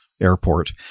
Airport